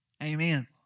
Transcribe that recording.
Amen